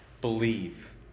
Believe